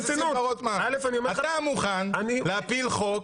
חבר הכנסת שמחה רוטמן, אתה מוכן להפיל חוק,